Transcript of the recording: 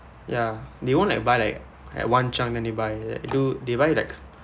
ya they won't like buy like at one chunk then they buy do they buy like